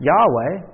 Yahweh